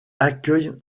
accueille